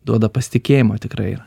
duoda pasitikėjimą tikrai